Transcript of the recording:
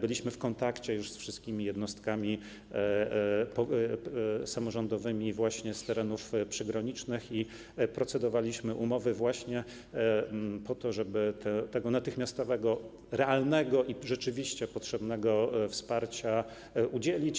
byliśmy w kontakcie ze wszystkimi jednostkami samorządowymi z terenów przygranicznych i procedowaliśmy nad umowami właśnie po to, żeby tego natychmiastowego, realnego i rzeczywiście potrzebnego wsparcia udzielić.